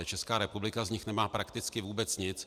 Česká republika z nich nemá prakticky vůbec nic.